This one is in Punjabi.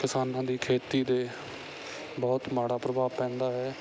ਕਿਸਾਨਾਂ ਦੀ ਖੇਤੀ 'ਤੇ ਬਹੁਤ ਮਾੜਾ ਪ੍ਰਭਾਵ ਪੈਂਦਾ ਹੈ